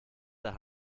der